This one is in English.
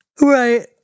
Right